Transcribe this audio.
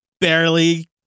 barely